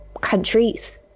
countries